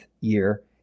year